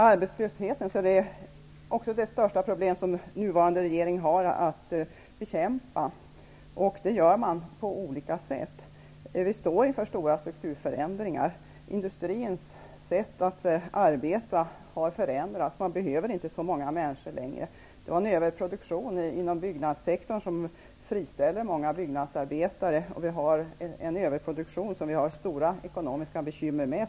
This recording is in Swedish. Arbetslösheten är det största problem som den nuvarande regeringen har att bekämpa. Det gör man på olika sätt. Vi står inför stora strukturförändringar. Industrins sätt att arbeta har förändrats. Man behöver inte längre så många människor. Det fanns en överproduktion inom byggnadssektorn som gjorde att många byggnadsarbetare friställdes. I slutet av 80-talet var det en överproduktion som vi nu har stora ekonomiska bekymmer med.